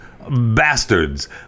Bastards